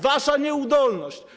Wy. Wasza nieudolność.